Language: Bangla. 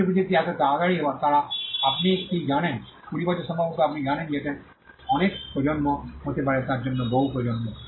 কিছু প্রযুক্তি এত তাড়াতাড়ি তারা আপনি কি জানেন কুড়ি বছর সম্ভবত আপনি জানেন যে এটি অনেক প্রজন্ম হতে পারে তার জন্য বহু প্রজন্ম